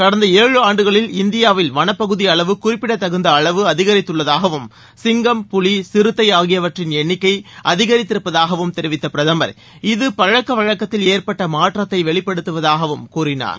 கடந்த ஏழு ஆண்டுகளில் இந்தியாவில் வனப்பகுதி அளவு குறிப்பிடத்தகுந்த அளவு அதிகரித்துள்ளதாகவும் சிங்கம் புலி சிறுத்தை ஆகியவற்றின் எண்ணிக்கை அதிகரித்திருப்பதாகவும் தெரிவித்த பிரதமர் இது பழக்கவழக்கத்தில் ஏற்பட்ட மாற்றத்தை வெளிப்படுத்துவதாகவும் கூறினார்